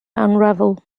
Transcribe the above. unravel